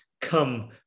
come